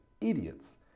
idiots